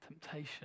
Temptation